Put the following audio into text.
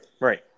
Right